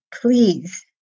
Please